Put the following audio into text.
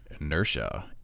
inertia